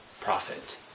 profit